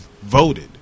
voted